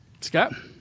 Scott